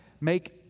make